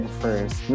first